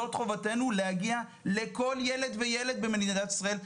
זו חובתנו, להגיע לכל ילד וילד במדינת ישראל.